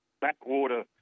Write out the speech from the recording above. backwater